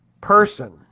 person